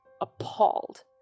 appalled